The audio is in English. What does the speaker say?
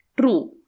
true